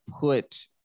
put